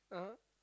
(uh huh)